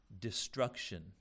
destruction